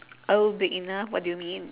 oh big enough what do you mean